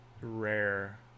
rare